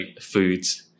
foods